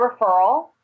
referral